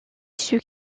ceux